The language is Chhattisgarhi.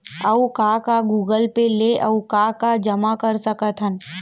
अऊ का का गूगल पे ले अऊ का का जामा कर सकथन?